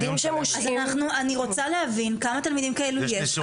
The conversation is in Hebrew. אז אני רוצה להבין כמה תלמידים כאלו יש,